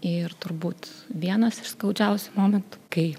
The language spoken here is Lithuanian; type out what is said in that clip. ir turbūt vienas iš skaudžiausių momentų kai